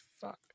fuck